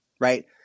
Right